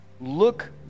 look